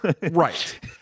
Right